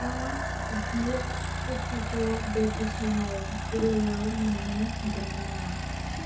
आं स्पुटनिक टिकाखौ बेगुसराय जिल्लायाव मोन्नो हागोन नामा